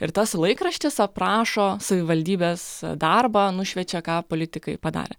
ir tas laikraštis aprašo savivaldybės darbą nušviečia ką politikai padarė